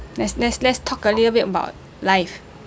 let's let's let's talk a little bit about life